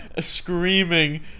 Screaming